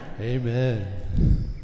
Amen